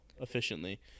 efficiently